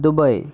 Dubai